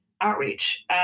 outreach